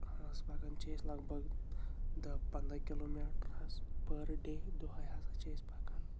آز پَکان چھِ أسۍ لگ بگ دَہ پنٛداہ کِلوٗ میٖٹَر حظ پٔر ڈے دۄہَے ہسا چھِ أسۍ پَکان